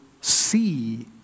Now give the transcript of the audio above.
see